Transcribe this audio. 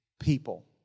people